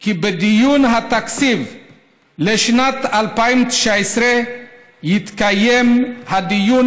כי בדיוני התקציב לשנת 2019 יתקיים דיון